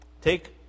Take